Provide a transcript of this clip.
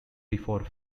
before